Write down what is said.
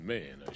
Man